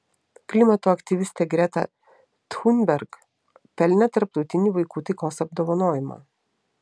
klimato aktyvistė greta thunberg pelnė tarptautinį vaikų taikos apdovanojimą